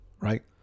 right